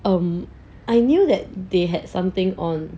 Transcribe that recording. um I knew that they had something on